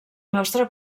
mostra